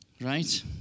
right